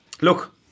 look